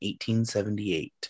1878